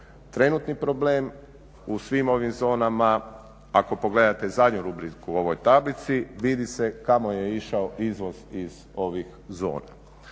Trenutni problem u svim ovim zonama ako pogledate zadnju rubriku u ovoj tablici vidi se kamo je išao izvoz iz ovih zona.